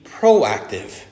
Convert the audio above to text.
proactive